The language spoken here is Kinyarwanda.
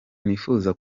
nifuza